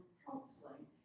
counseling